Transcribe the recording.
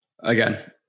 Again